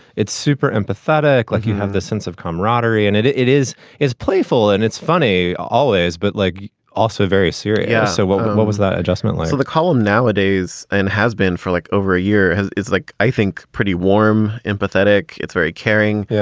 it's super empathetic. like you have this sense of camaraderie and it it it is is playful and it's funny always, but like also very serious so what what was that adjustment like the column nowadays and has been for like over a year. it's like, i think pretty warm, empathetic. it's very caring. yeah